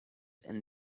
and